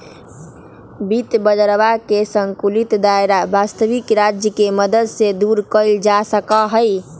वित्त बाजरवा के संकुचित दायरा वस्तबिक राज्य के मदद से दूर कइल जा सका हई